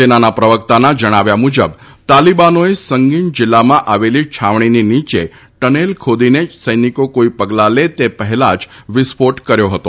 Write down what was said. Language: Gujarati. સેનાના પ્રવક્તાના જણાવ્યા મુજબ તાલીબાનોએ સંગીન જિલ્લામાં આવેલી છાવણીની નીચે ટનલ ખોદીને સૈનિકો કોઇ પગલા લે તે પહેલાં જ વિસ્ફોટ કર્યો હતો